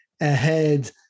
ahead